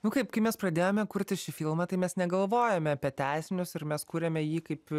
nu kaip kai mes pradėjome kurti šį filmą tai mes negalvojome apie tęsinius ir mes kurėme jį kaip